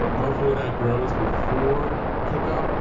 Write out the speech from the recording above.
hopefully that grows before kickoff.